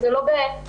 זה לא קלישאתי,